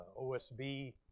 OSB